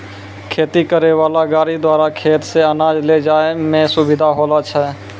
खेती करै वाला गाड़ी द्वारा खेत से अनाज ले जाय मे सुबिधा होलो छै